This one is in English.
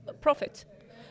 profit